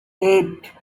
eight